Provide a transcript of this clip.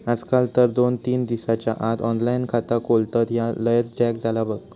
आजकाल तर दोन तीन दिसाच्या आत ऑनलाइन खाता खोलतत, ह्या लयच झ्याक झाला बघ